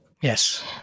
Yes